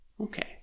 Okay